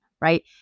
right